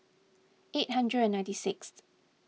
eight hundred and fifty sixth